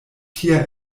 tia